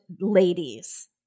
ladies